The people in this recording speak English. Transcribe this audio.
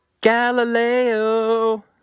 Galileo